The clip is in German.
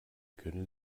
können